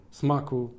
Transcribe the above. smaku